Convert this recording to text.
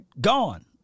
gone